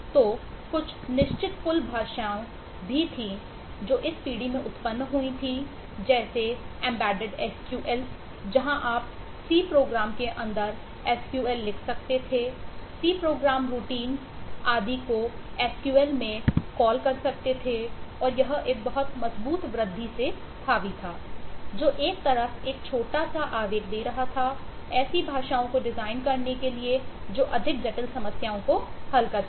तो कुछ निश्चित पुल भाषाएँ भी थीं जो इस पीढ़ी में उत्पन्न हुई थीं जैसे एम्बेडेड एसक्यूएल कर सकते थे और यह एक बहुत मजबूत वृद्धि से हावी था जो एक तरफ एक छोटा सा आवेग दे रहा था ऐसी भाषाओं को डिजाइन करने के लिए जो अधिक जटिल समस्याओं को हल कर सके